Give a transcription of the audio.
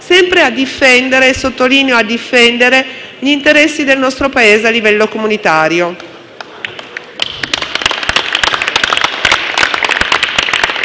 sempre a difendere - e sottolineo a difendere - gli interessi del nostro Paese a livello comunitario.